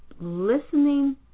listening